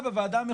של מספר אנשים,